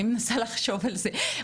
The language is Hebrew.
אני מנסה לחשוב על זה.